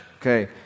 okay